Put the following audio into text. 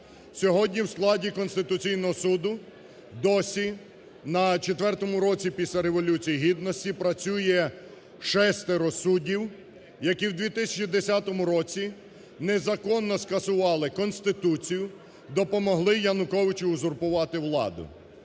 Сьогодні в складі Конституційного Суду досі, на четвертому році після Революції Гідності, працює шестеро суддів, які в 2010 році незаконно скасували Конституцію, допомогли Януковичу узурпувати владу.